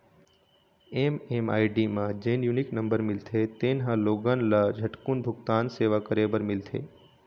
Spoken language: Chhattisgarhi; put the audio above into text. एम.एम.आई.डी म जेन यूनिक नंबर मिलथे तेन ह लोगन ल झटकून भूगतान सेवा करे बर मिलथे